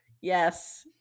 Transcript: yes